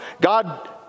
god